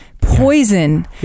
poison